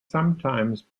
sometimes